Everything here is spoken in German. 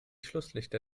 schlusslichter